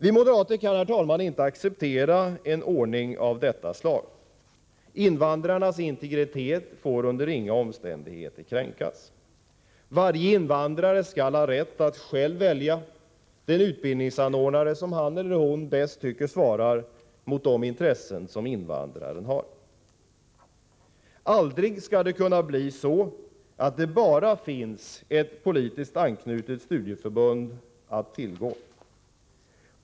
Vi moderater kan inte acceptera en ordning av detta slag. Invandrarnas integritet får under inga omständigheter kränkas. Varje invandrare skall ha rätt att själv välja den utbildningsanordnare som invandraren tycker bäst svarar mot de intressen han eller hon har. Aldrig skall det kunna bli så att det bara finns ett politiskt anknutet studieförbund att tillgå.